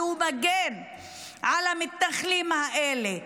והוא מגן על המתנחלים האלה.